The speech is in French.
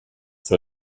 sur